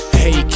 hey